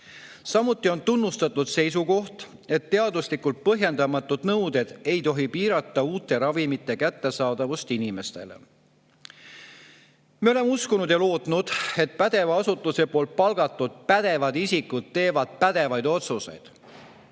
Samuti on tunnustatud seisukoht, et teaduslikult põhjendamatud nõuded ei tohi piirata uute ravimite kättesaadavust inimestele. Me oleme uskunud ja lootnud, et pädeva asutuse poolt palgatud pädevad isikud teevad pädevaid otsuseid.